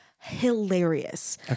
Hilarious